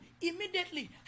immediately